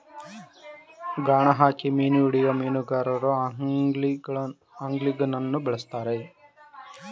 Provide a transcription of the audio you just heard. ಗಾಣ ಹಾಕಿ ಮೀನು ಹಿಡಿಯುವ ಮೀನುಗಾರರು ಆಂಗ್ಲಿಂಗನ್ನು ಬಳ್ಸತ್ತರೆ